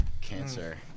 Cancer